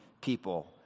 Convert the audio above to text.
people